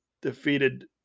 defeated